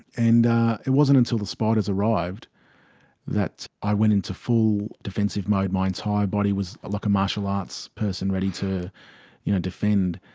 and it wasn't until the spiders arrived that i went into full defensive mode, my entire body was like a martial arts person ready to you know defend,